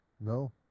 No